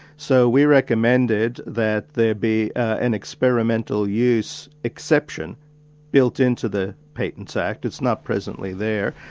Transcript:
so we recommended that there be an experimental use exception built in to the patents act. it's not presently there.